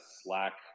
slack